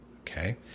Okay